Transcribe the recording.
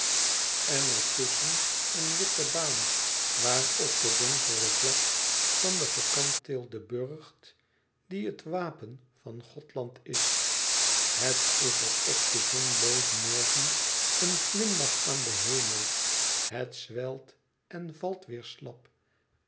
en er tusschen een witte baan waarop de donkere vlak van den gekanteelden burcht die het wapen van gothland is het is er op den zonloozen morgen een glimlach aan den hemel het zwelt en valt weêr slap